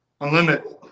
unlimited